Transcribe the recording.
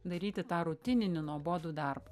daryti tą rutininį nuobodų darbą